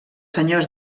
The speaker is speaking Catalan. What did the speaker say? senyors